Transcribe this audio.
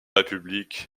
république